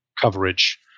coverage